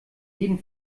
jeden